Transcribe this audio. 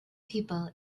people